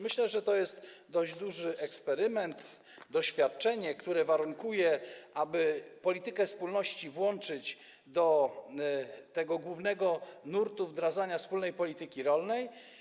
Myślę, że to jest dość duży eksperyment, doświadczenie, które warunkuje to, aby politykę spójności włączyć do tego głównego nurtu wdrażania wspólnej polityki rolnej.